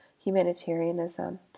humanitarianism